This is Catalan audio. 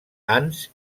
ants